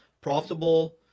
profitable